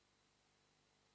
Grazie,